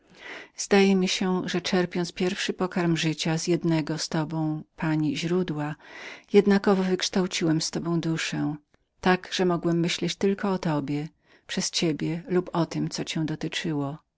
mi się że czerpiąc pierwszy pokarm życia z jednego z tobą pani źródła jednakowo wykształciłem z tobą duszę tak że nie mogłem myśleć tylko o tobie przez ciebie lub o tem co cię dotyczyło